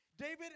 David